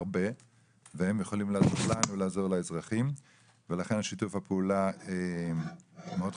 והם יכולים לעזור לנו לעזור לאזרחים ולכן שיתוף הפעולה מאוד חשוב.